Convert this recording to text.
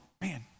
man